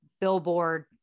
billboard